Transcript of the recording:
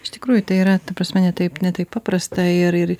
iš tikrųjų tai yra ta prasme ne taip ne taip paprasta ir ir